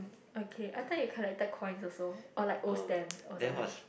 okay I think it collected coins also or like old stamps also leh